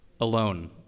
alone